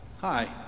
hi